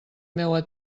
meua